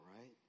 right